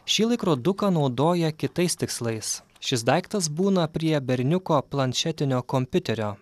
šį laikroduką naudoja kitais tikslais šis daiktas būna prie berniuko planšetinio kompiuterio